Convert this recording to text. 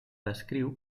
descriu